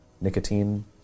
nicotine